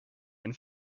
and